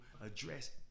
address